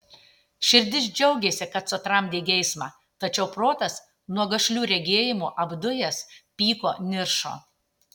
širdis džiaugėsi kad sutramdei geismą tačiau protas nuo gašlių regėjimų apdujęs pyko niršo